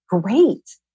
great